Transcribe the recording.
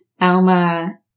Alma